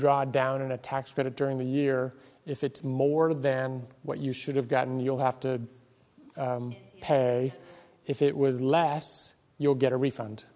draw down on a tax credit during the year if it's more than what you should have gotten you'll have to pay if it was less you'll get a refund